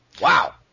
Wow